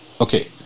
okay